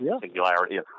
singularity